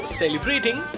celebrating